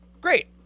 great